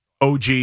OG